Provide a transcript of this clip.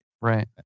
right